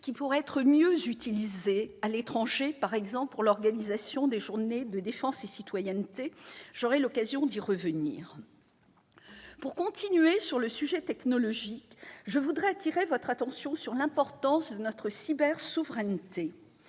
qui pourrait être mieux utilisée, en particulier à l'étranger pour l'organisation de la Journée défense et citoyenneté. J'aurai l'occasion d'y revenir. Pour continuer sur les questions technologiques, je voudrais attirer votre attention sur l'importance de notre souveraineté